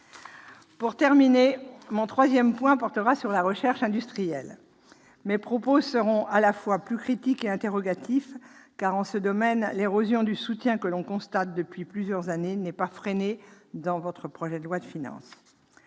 oui ! Mon dernier point portera sur la recherche industrielle. Mes propos seront à la fois plus critiques et plus interrogatifs, car, en ce domaine, l'érosion du soutien que l'on constate depuis plusieurs années n'est pas freinée dans ce projet de loi de finances.